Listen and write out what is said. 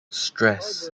stress